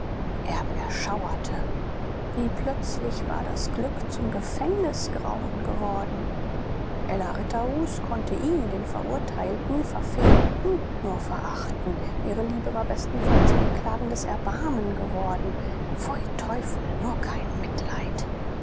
erb erschauerte wie plötzlich war all das glück zum gefängnisgrausen geworden ella ritterhus konnte ihn den verurteilten verfemten nur verachten ihre liebe war bestenfalls wehklagendes erbarmen geworden pfui teufel nur kein mitleid